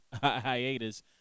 hiatus